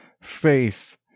Faith